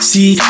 See